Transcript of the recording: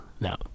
No